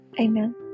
Amen